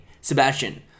Sebastian